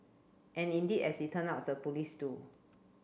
and indeed as it turn out the police do